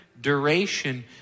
duration